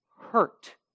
hurt